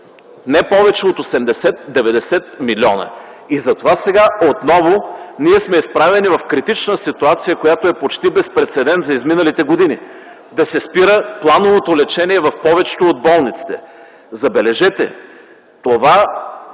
не повече от 80-90 милиона. Затова сега отново ние сме изправени в критична ситуация, която е почти без прецедент за изминалите години – да се спира плановото лечение в повечето от болниците. Забележете, това